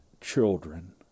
children